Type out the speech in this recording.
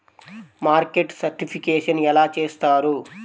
Market certification ఎలా చేస్తారు?